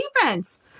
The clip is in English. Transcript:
defense